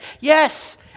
yes